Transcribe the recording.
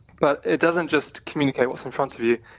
but it doesn't just communicate what's in front of you,